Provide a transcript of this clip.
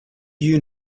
you